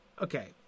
okay